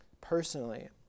personally